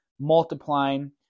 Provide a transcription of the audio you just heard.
multiplying